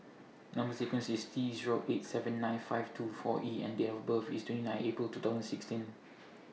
Number sequence IS T Zero eight seven nine five two four E and Date of birth IS twenty nine April two thousand sixteen